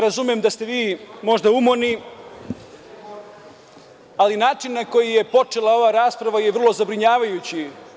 Razumem da ste vi možda umorni, ali način na koji je počela ova rasprava je vrlo zabrinjavajući.